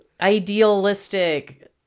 idealistic